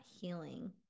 healing